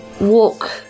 walk